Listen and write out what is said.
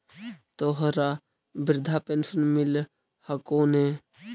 तोहरा वृद्धा पेंशन मिलहको ने?